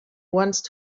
once